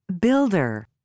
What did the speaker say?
Builder